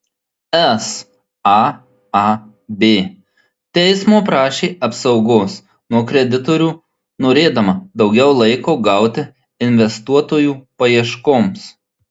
saab teismo prašė apsaugos nuo kreditorių norėdama daugiau laiko gauti investuotojų paieškoms